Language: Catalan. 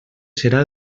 serà